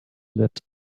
lit